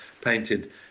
painted